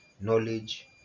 knowledge